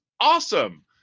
awesome